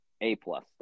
A-plus